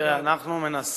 תראה, אנחנו מנסים,